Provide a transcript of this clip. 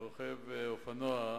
רוכב אופנוע,